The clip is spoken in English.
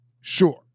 sure